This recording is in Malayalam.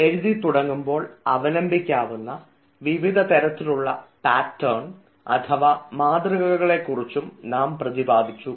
എഴുതിത്തുടങ്ങുമ്പോൾ അവലംബിക്കാവുന്ന വിവിധതരത്തിലുള്ള പാറ്റേൺ അഥവാ മാതൃകകളെ കുറിച്ചും നാം പ്രതിപാദിച്ചു